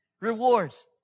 Rewards